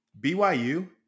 BYU